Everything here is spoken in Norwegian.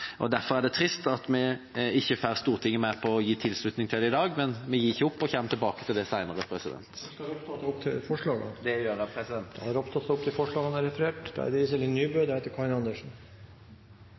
Derfor er det trist at vi ikke får Stortinget med på å gi sin tilslutning til det i dag. Men vi gir ikke opp, og kommer tilbake til det senere. Jeg tar til slutt opp forslaget fra Kristelig Folkeparti. Representanten Kjell Ingolf Ropstad har tatt opp det forslaget han